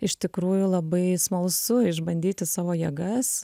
iš tikrųjų labai smalsu išbandyti savo jėgas